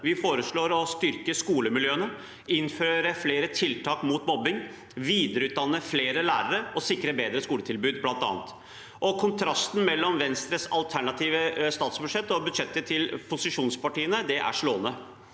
Vi foreslår bl.a. å styrke skolemiljøene, innføre flere tiltak mot mobbing, videreutdanne flere lærere og sikre et bedre skoletilbud. Kontrasten mellom Venstres alternative statsbudsjett og budsjettet til posisjonspartiene er slående.